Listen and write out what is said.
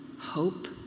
hope